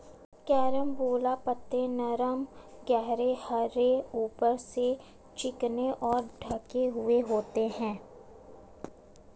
carambola पत्ते नरम गहरे हरे ऊपर से चिकने और ढके हुए होते हैं